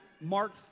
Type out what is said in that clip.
Mark